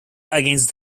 against